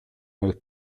nel